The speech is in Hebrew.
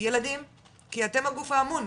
ילדים - כי אתם הגוף האמון,